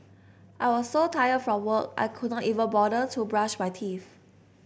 I was so tired from work I could not even bother to brush my teeth